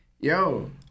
Yo